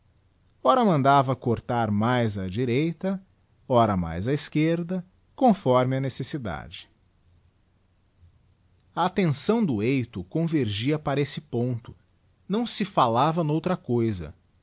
ora mandava cortar mais á direita pramais á esquerda opnfortne a necessidade a attençao do eito conversa para esse ponta dftoí se fallaya n outra cousa